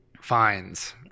fines